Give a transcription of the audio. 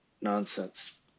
nonsense